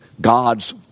God's